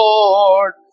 Lord